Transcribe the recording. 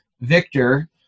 Victor